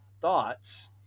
thoughts